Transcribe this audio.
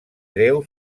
greu